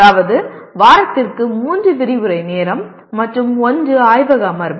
அதாவது வாரத்திற்கு 3 விரிவுரை நேரம் மற்றும் 1 ஆய்வக அமர்வு